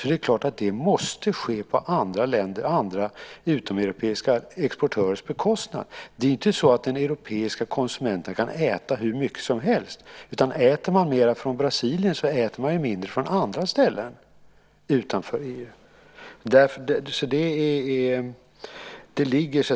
Det måste ju ske på andra utomeuropeiska exportörers bekostnad. Det är inte så att den europeiska konsumenten kan äta hur mycket som helst, utan äter man mer från Brasilien äter man mindre från andra ställen utanför EU.